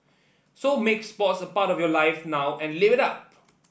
so make sports a part of your life now and live it up